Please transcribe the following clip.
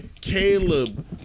Caleb